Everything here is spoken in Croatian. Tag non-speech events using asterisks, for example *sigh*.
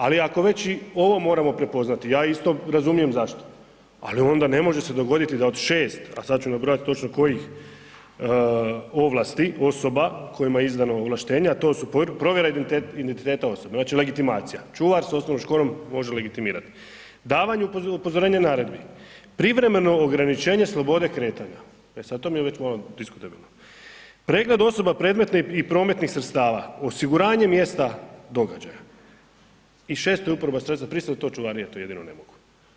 Ali ako već i ovo moramo prepoznati, ja isto razumijem, zašto, ali onda isto ne može se dogoditi, da od 6, a sada ću nabrojati točno kojih, ovlasti, osoba kojima je izdano ovlaštenje, a to su provjera identiteta osoba, legitimacija, čuvar s osnovnom školom može legitimirali, davanje upozoravanje naredbi, privremeno ograničenje slobode kretanja, e sada to mi je već malo diskutabilno, predmet osoba predmetne i prometnih sredstava, osiguranje mjesta događaja i šesto je uporaba sredstva prisile, to … *unintelligible* to jedino ne mogu.